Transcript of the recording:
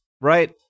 right